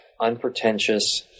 unpretentious